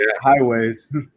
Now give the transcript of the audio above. highways